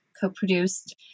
co-produced